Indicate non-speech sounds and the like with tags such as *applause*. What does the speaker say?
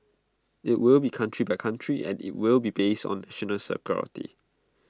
IT will be country by country and IT will be based on national *unintelligible*